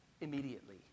immediately